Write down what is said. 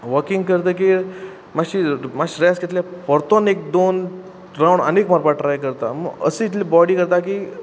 walking करतकीर मातशी मातशी रेस्ट घेतल्यार पोरतोन एक दोन रावंड आनीक मारपा ट्राय करता अशी इतली बॉडी जाता की